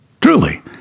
Truly